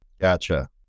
Gotcha